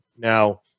Now